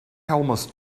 almost